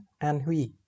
Anhui